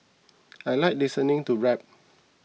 I like listening to rap